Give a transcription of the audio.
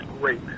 great